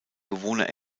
bewohner